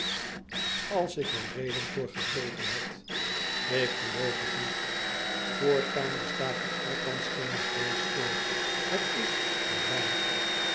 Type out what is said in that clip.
als ik er reden voor gegeven had ik geloof het niet voortaan bestaat er althans geene vrees voor het is voorbij